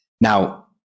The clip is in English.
now